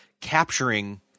capturing